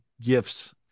gifts